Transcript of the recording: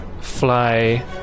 fly